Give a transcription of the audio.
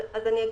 אני אגיד,